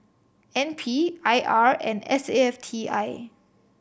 N P I R and S A F T I